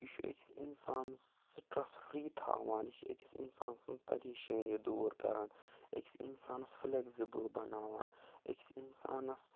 یہِ چھُ أکِس اِنسان سٹرٛس فری تھاوان یہِ چھِ أکِس اِنسان سٕنٛز پریشٲنی دوٗر کَران أکِس اِنسانَس فٔلیگزِبٕل بَناوان أکِس اِنسانَس